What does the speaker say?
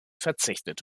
verzichtet